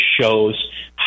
shows